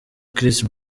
chris